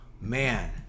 man